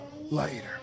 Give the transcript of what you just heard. later